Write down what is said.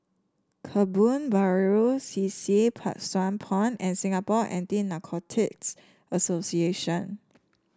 Kebun Baru C C Pang Sua Pond and Singapore Anti Narcotics Association